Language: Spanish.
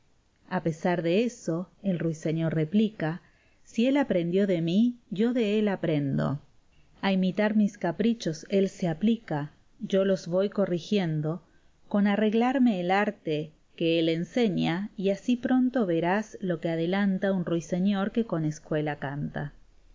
a pesar de eso el ruiseñor replica si él aprendió de mí yo de él aprendo a imitar mis caprichos él se aplica yo los voy corrigiendo con arreglarme al arte que él enseña y así pronto verás lo que adelanta un ruiseñor que con escuela canta